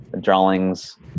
drawings